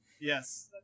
Yes